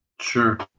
Sure